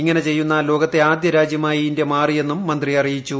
ഇങ്ങനെ ചെയ്യുന്ന ലോകത്തെ ആദ്യ രാജ്യമായി ഇന്ത്യ മാറിയെന്നും മന്ത്രി അറിയിച്ചു